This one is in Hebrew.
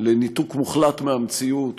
לניתוק מוחלט מהמציאות